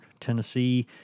Tennessee